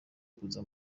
kuza